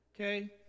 Okay